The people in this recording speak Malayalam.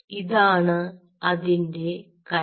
ഇതാണ് അതിൻറെ കനം